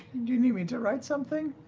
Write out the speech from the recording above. do you need me to write something?